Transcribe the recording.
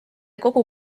kogu